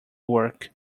work